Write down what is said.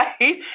Right